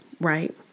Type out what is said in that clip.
right